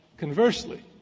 conversely,